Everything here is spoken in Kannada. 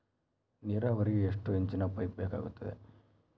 ನೇರಾವರಿಗೆ ಎಷ್ಟು ಇಂಚಿನ ಪೈಪ್ ಬೇಕಾಗುತ್ತದೆ?